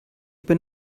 bin